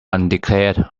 undeclared